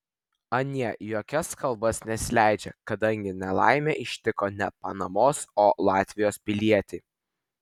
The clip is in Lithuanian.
anie į jokias kalbas nesileidžia kadangi nelaimė ištiko ne panamos o latvijos pilietį